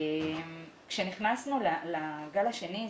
כאשר נכנסנו לגל השני,